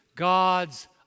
God's